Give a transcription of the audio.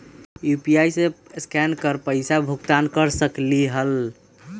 UPI से scan कर पईसा भुगतान कर सकलीहल?